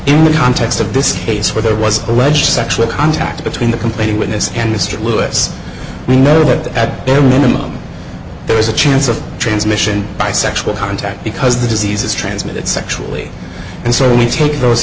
in the context of this case where there was alleged sexual contact between the complaining witness and mr lewis we know that at bare minimum there is a chance of transmission by sexual contact because the disease is transmitted sexually and so we take those